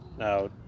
Now